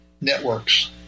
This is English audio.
networks